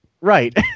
Right